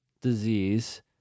disease